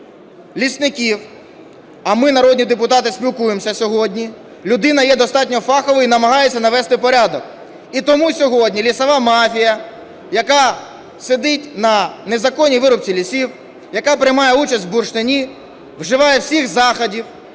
лісників, а ми, народні депутати, спілкуємося сьогодні, людина є достатньо фаховою і намагається навести порядок. І тому сьогодні "лісова мафія", яка сидить на незаконній вирубці лісів, яка приймає участь в бурштині, вживає всіх заходів